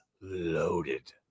loaded